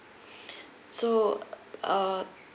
so uh